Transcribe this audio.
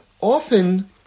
often